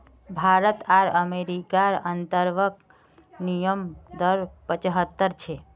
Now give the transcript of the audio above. भारत आर अमेरिकार अंतर्बंक विनिमय दर पचाह्त्तर छे